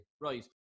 Right